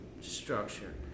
structure